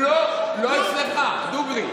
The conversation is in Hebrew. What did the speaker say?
לא, לא אצלך, דוגרי.